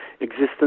existence